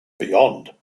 beyond